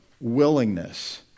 willingness